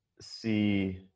see